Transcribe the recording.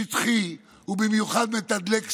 שטחי ובמיוחד מתדלק שנאה,